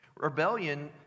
Rebellion